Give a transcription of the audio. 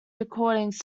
recordings